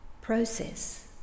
process